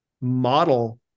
model